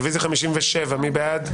רביזיה על 45. מי בעד?